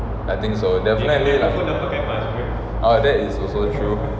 I think so definitely lah that is also true